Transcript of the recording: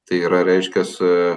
tai yra reiškias